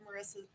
Marissa